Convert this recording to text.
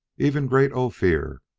even great ophir,